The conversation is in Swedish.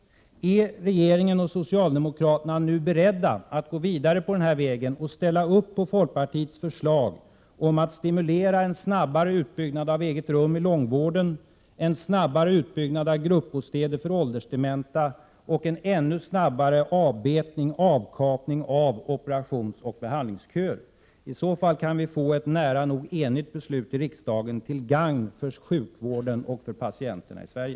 Är regeringen och socialdemokraterna beredda att gå vidare på denna väg och ställa upp på folkpartiets förslag att stimulera en snabbare utbyggnad av egna rum i långvården, en snabbare utbyggnad av gruppbostäder för åldersdementa och en ännu snabbare avkapning av operationsoch behandlingsköer? I så fall kan vi få ett nära nog enigt beslut i riksdagen till gagn för patienterna och sjukvården i Sverige.